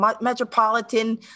metropolitan